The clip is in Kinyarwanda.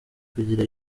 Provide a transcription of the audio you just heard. kugira